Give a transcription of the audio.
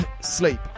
sleep